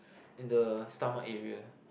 in the stomach area